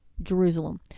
jerusalem